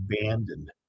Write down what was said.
abandoned